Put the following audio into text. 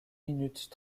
minute